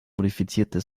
modifizierte